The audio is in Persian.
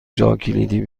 جاکلیدی